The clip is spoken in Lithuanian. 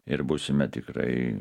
ir būsime tikrai